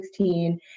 2016